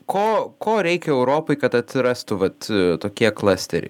ko ko reikia europai kad atsirastų vat tokie klasteriai